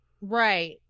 Right